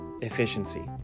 efficiency